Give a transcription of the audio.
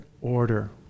order